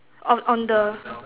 on on the